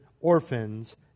orphans